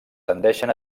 tendeixen